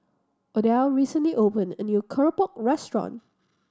Odile recently opened a new keropok restaurant